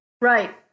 Right